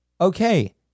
okay